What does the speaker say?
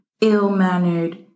ill-mannered